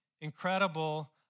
incredible